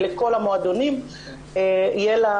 יש הרבה